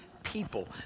People